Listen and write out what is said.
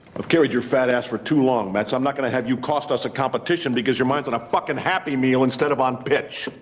carried your fat ass for too long, metz. i'm not gonna have you cost us a competition because your mind's on a fucking happy meal instead of on pitch.